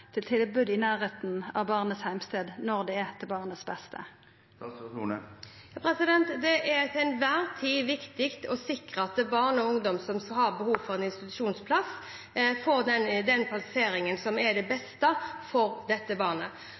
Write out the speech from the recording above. til tilbod i nærleiken av barnets heimstad når det er til barnets beste? Det er til enhver tid viktig å sikre at barn og ungdom som har behov for en institusjonsplass, får den plasseringen som er det beste for dette barnet.